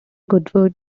goodwood